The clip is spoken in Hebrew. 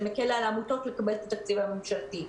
זה מקל על העמותות לקבל את התקציב הממשלתי.